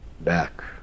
back